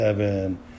Seven